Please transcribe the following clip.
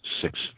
six